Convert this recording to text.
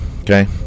Okay